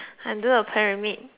I do a pyramid